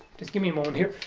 just give me a moment here